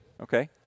Okay